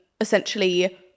essentially